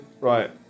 right